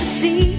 see